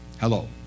Hello